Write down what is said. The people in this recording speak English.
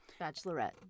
Bachelorette